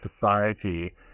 society